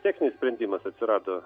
techninis sprendimas atsirado